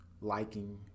liking